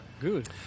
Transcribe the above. Good